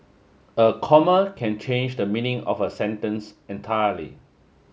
a comma can change the meaning of a sentence entirely